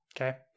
okay